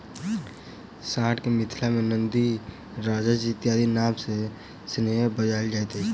साँढ़ के मिथिला मे नंदी, राजाजी इत्यादिक नाम सॅ सेहो बजाओल जाइत छै